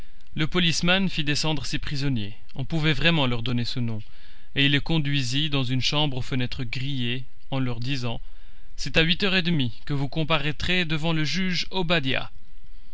le policeman fit descendre ses prisonniers on pouvait vraiment leur donner ce nom et il les conduisit dans une chambre aux fenêtres grillées en leur disant c'est à huit heures et demie que vous comparaîtrez devant le juge obadiah